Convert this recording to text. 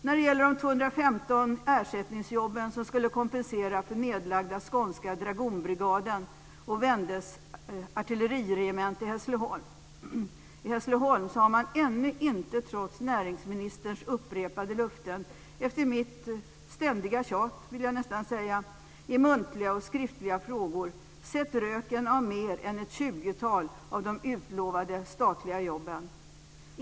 När det gäller de 215 ersättningsjobb som skulle kompensera för nedlagda Skånska Dragonbrigaden och Wendes artilleriregemente i Hässleholm har man ännu inte, trots näringsministerns upprepade löften och efter mitt ständiga tjat, vill jag nästan säga, i muntliga och skriftliga frågor sett röken av mer än ett tjugotal av de utlovade statliga jobben.